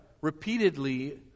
repeatedly